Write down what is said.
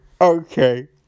okay